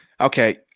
okay